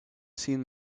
seen